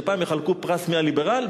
כשפעם יחלקו פרס מי הליברל,